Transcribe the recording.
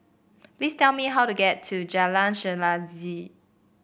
please tell me how to get to Jalan Chelagi